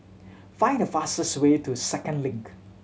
find the fastest way to Second Link